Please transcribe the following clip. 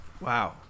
Wow